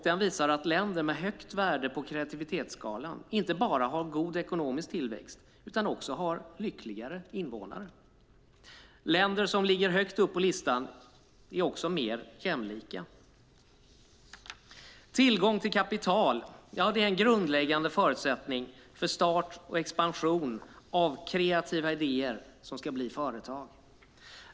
Den visar att länder med högt värde på kreativitetsskalan inte bara har god ekonomisk tillväxt utan också har lyckligare invånare. Länder som ligger högt upp på listan är också mer jämlika. Tillgång till kapital är en grundläggande förutsättning för start och expansion av kreativa idéer som ska bli företag.